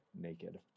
naked